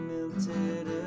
Melted